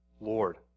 Lord